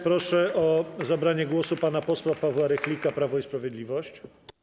Proszę o zabranie głosu pana posła Pawła Rychlika, Prawo i Sprawiedliwość.